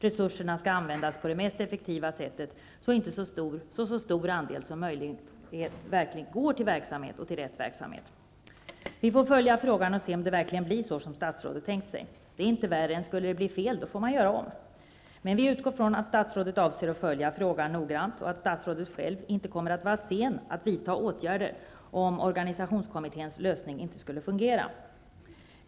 Resurserna skall användas på det mest effektiva sättet så att så stor del som möjligt verkligen går till verksamheten och till rätt verksamhet. Vi får följa frågan och se om det verkligen blir så som statsrådet tänkt sig. Det är inte värre än att man får göra om det, om det skulle bli fel. Vi utgår ifrån att statsrådet avser att följa frågan noggrant och att statsrådet själv inte kommer att vara sen att vidta åtgärder om organisationskommitténs lösning inte skulle fungera.